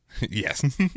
Yes